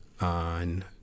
on